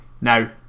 Now